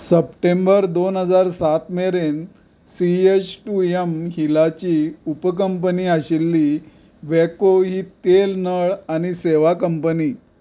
सप्टेंबर दोन हजार सात मेरेन सीएच टू एम हिलाची उपकंपनी आशिल्ली वेको ही तेल नळ आनी सेवा कंपनी